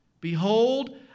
Behold